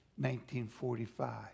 1945